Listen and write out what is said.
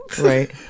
Right